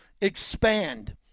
expand